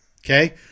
Okay